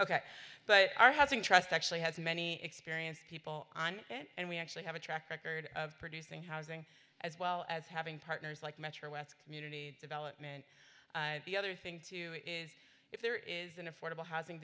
ok but our housing trust actually has many experienced people on and we actually have a track record of producing housing as well as having partners like metro community development and the other thing too is if there is an affordable housing